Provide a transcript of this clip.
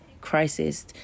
crisis